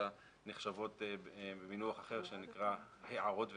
אלא נחשבות במינוח אחר שנקרא הערות והשגות.